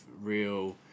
real